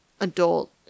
adult